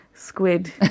squid